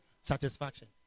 satisfaction